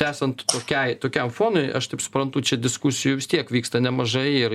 tęsiant tokiai tokiam fonui aš taip suprantu čia diskusijų vis tiek vyksta nemažai ir